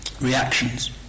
reactions